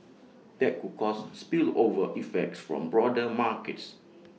that could cause spillover effects form broader markets